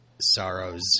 sorrows